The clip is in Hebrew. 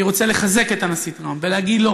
אני רוצה לחזק את הנשיא טראמפ ולהגיד לו: